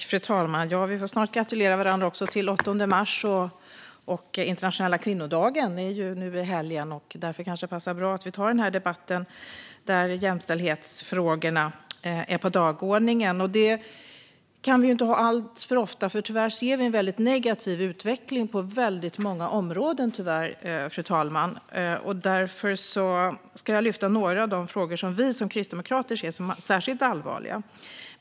Fru talman! Vi får snart gratulera varandra på internationella kvinnodagen den 8 mars. Därför kanske det passar bra att vi tar denna debatt där jämställdhetsfrågorna är på dagordningen. Tyvärr ser vi en mycket negativ utveckling på väldigt många områden. Därför ska jag lyfta fram några av de frågor som vi kristdemokrater ser som särskilt allvarliga.